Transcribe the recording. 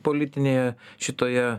politinėje šitoje